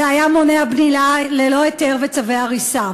זה היה מונע בנייה ללא היתר וצווי הריסה.